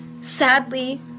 Sadly